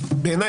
בעיני,